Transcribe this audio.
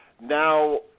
now